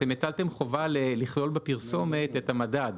אתם הטלתם חובה לכלול בפרסומת את המדד,